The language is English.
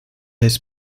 his